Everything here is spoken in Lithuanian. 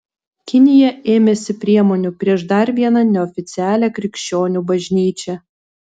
kinija ėmėsi priemonių prieš dar vieną neoficialią krikščionių bažnyčią